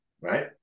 right